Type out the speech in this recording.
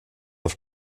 auf